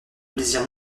plaisir